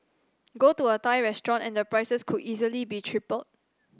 go to a Thai restaurant and the prices could easily be tripled